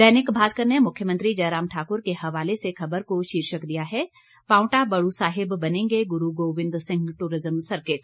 दैनिक भास्कर ने मुख्यमंत्री जयराम ठाकुर के हवाले से खबर को शीर्षक दिया है पावंटा बड़ू साहिब बनेंगे गुरू गोबिंद सिंह ट्ररिज्म सर्किट